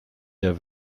der